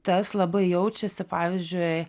tas labai jaučiasi pavyzdžiui